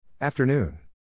Afternoon